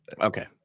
okay